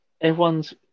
everyone's